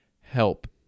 help